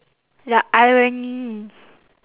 the irony